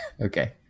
Okay